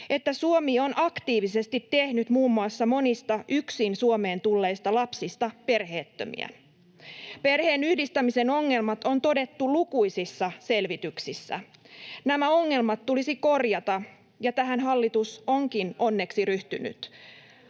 että Suomi on aktiivisesti tehnyt muun muassa monista yksin Suomeen tulleista lapsista perheettömiä. [Leena Meri: Ai Suomi on tehnyt?] Perheenyhdistämisen ongelmat on todettu lukuisissa selvityksissä. Nämä ongelmat tulisi korjata, ja tähän hallitus onkin onneksi ryhtynyt.